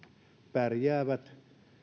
pärjäävät